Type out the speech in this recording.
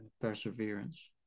Perseverance